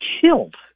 killed